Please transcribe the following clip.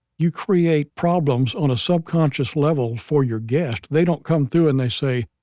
you create problems on a subconscious level for your guests. they don't come through and they say,